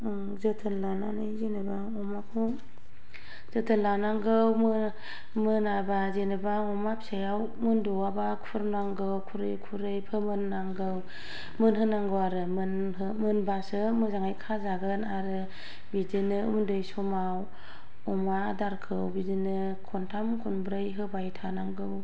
जोथोन लानानै जेनेबा अमाखौ जोथोन लानांगौ मोनाबा जेनेबा अमा फिसाया मोनद'बा खुरनांगौ खुरै खुरै फोमोनांगौ मोनहोनांगौ आरो मोनाबासो मोजाङैखाजागोन आरो बिदिनो उन्दै समाव अमा आदारखौ बिदिनो खन्थाम खनब्रै होबाय थानांगौ